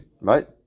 Right